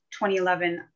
2011